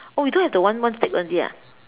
oh you don't have the one one stick only ah